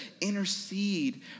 intercede